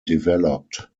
developed